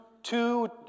Two